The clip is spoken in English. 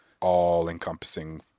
all-encompassing